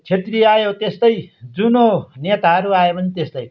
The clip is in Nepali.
छेत्री आयो त्यस्तै जुनै नेताहरू आयो पनि त्यस्तै